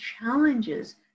challenges